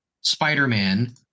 Spider-Man